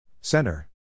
Center